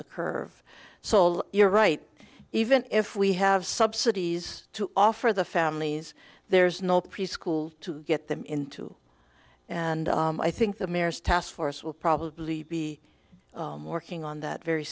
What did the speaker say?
the curve so you're right even if we have subsidies to offer the families there's no preschool to get them into and i think the mayor's task force will probably be working on that very